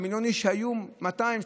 מיליון האיש שהיו 200,